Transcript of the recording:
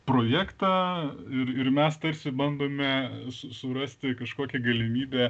projektą ir ir mes tarsi bandome su surasti kažkokią galimybę